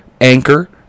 Anchor